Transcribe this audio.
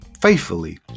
faithfully